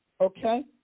okay